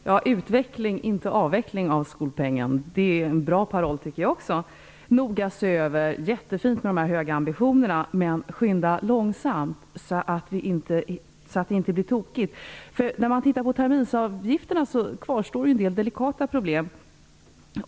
Herr talman! Utveckling, inte avveckling av skolpengen är en bra paroll. Det tycker jag också. Det är jättefint med de här höga ambitionerna - att noga se över. Men skynda långsamt, så att det inte blir tokigt. När man tittar på terminsavgifterna ser man att det kvarstår en del delikata problem.